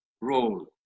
role